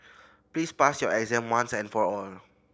please pass your exam once and for all